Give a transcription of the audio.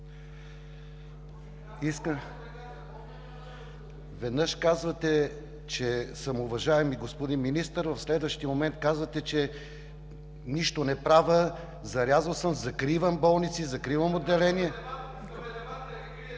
Веднъж казвате, че съм уважаеми господин министър, в следващия момент казвате, че нищо не правя, зарязал съм, закривам болници, закривам отделения…